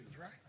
right